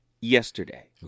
yesterday